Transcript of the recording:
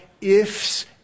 ifs